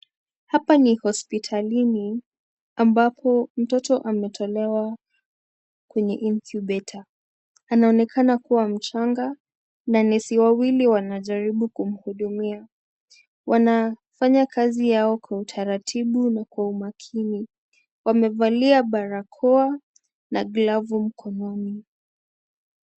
Hapa ni hospitalini ambapo mtoto ametolewa kwenye incubator anaonekana kuwa mchanga na nesi wawili wanajaribu kumhudumia. Wanafanya kazi yao kwa utaratibu na kwa umakini. Wamevalia barakoa na glavu mkononi.